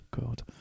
God